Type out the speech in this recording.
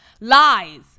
Lies